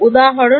উদাহরণ